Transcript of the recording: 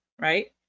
right